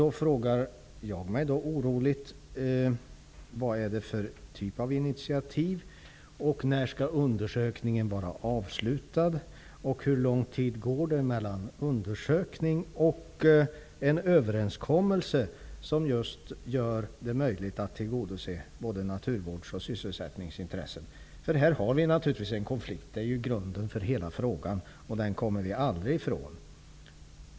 Då frågar jag mig oroligt: Vad är det för typ av initiativ, när skall undersökningen vara avslutad och hur lång tid går det mellan undersökning och en överenskommelse som gör det möjligt att tillgodose både naturvårdsoch sysselsättningsintressen? Här finns naturligtvis en konflikt. Det är grunden för hela frågan. Den kommer vi aldrig ifrån.